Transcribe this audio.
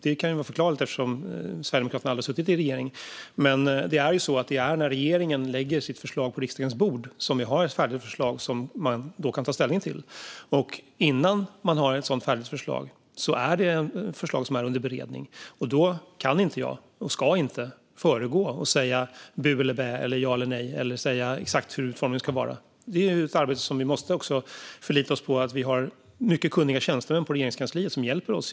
Det kan ju vara en förklaring, eftersom Sverigedemokraterna aldrig har suttit i en regering. Det är när regeringen lägger ett förslag på riksdagens bord som man har ett färdigt förslag att ta ställning till. Innan det finns ett sådant färdigt förslag är det ett förslag som är under beredning. Då kan och ska jag inte föregå det med att säga bu eller bä, ja eller nej eller exakt hur utformningen ska vara. Det är ett arbete där vi måste förlita oss på de mycket kunniga tjänstemän på Regeringskansliet som hjälper oss.